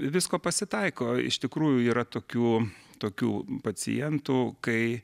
visko pasitaiko iš tikrųjų yra tokių tokių pacientų kai